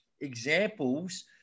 examples